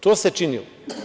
To se činilo.